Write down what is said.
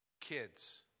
kids